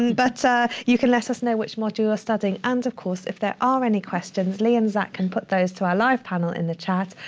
and but you can let us know which module you are studying. and of course if there are any questions, lee and zach can put those to our live panel in the chat.